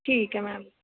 ठीक ऐ मैम